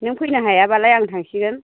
नों फैनो हायाब्लालाय आं थांसिगोन